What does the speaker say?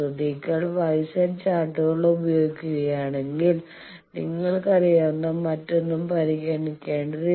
നിങ്ങൾ Y Z ചാർട്ടുകൾ ഉപയോഗിക്കുകയാണെങ്കിൽ നിങ്ങൾക്കറിയാവുന്ന മറ്റൊന്നും പരിഗണിക്കേണ്ടതില്ല